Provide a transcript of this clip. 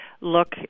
look